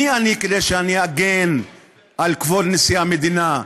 מי אני שאני אגן על כבוד נשיא המדינה?